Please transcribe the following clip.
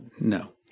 No